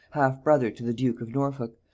half-brother to the duke of norfolk,